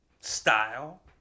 style